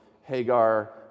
Hagar